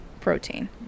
protein